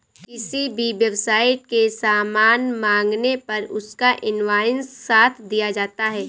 किसी भी वेबसाईट से सामान मंगाने पर उसका इन्वॉइस साथ दिया जाता है